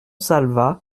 salva